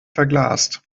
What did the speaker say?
verglast